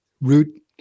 root